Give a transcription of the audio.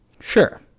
Sure